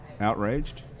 outraged